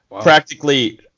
Practically